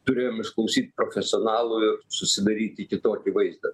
turėjom išklausyt profesionalų ir susidaryti kitokį vaizdą